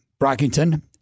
Brockington